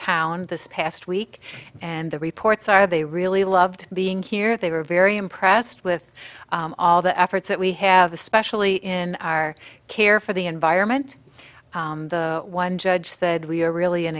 town this past week and the reports are they really loved being here they were very impressed with all the efforts that we have especially in our care for the environment one judge said we are really an